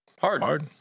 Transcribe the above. Hard